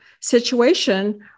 situation